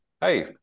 hey